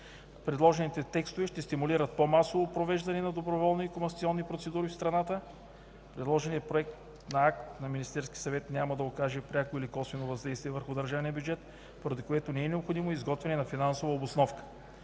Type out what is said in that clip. Предложените текстове ще стимулират по-масово провеждане на доброволни и комасационни процедури в страната. Предложеният проект на акт на Министерския съвет няма да окаже пряко или косвено въздействие върху държавния бюджет, поради което не е необходимо изготвяне на финансова обосновка.